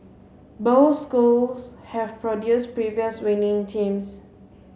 both schools have produced previous winning teams